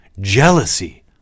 jealousy